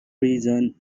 reason